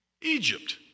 Egypt